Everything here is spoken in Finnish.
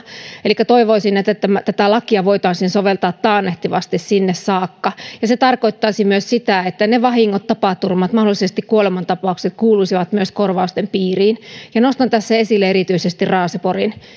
elikkä toivoisin että tätä lakia voitaisiin soveltaa taannehtivasti sinne saakka se tarkoittaisi myös sitä että ne vahingot tapaturmat mahdollisesti kuolemantapaukset kuuluisivat myös korvausten piiriin nostan tässä esille erityisesti raaseporin